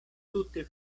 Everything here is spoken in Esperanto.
tute